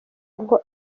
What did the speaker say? ngo